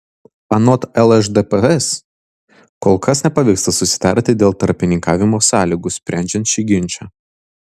anot lšdps kol kas nepavyksta susitarti dėl tarpininkavimo sąlygų sprendžiant šį ginčą